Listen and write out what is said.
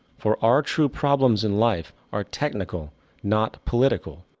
for our true problems in life are technical not political.